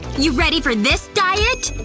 you ready for this, diet!